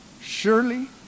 Surely